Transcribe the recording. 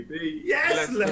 Yes